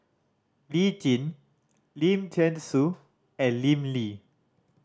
Lee Jin Lim Thean Soo and Lim Lee